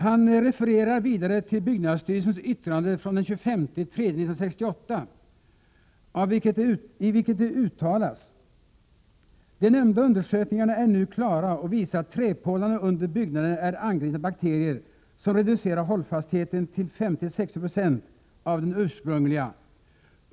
Han refererar vidare till byggnadsstyrelsens yttrande den 25 mars 1968, där det uttalas: ”De nämnda undersökningarna är nu klara och visar att träpålarna under byggnaden är angripna av bakterier, som reducerar hållfastheten till 50-60 20 av den ursprungliga.